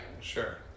sure